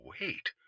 wait